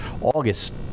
August